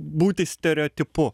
būti stereotipu